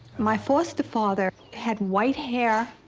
my foster father had white hair.